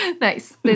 Nice